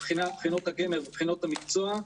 את בחינות הגמר ובחינות המקצוע.